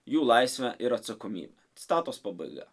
jų laisvė ir atsakomybė citatos pabaiga